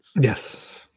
Yes